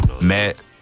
met